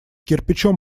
кирпичом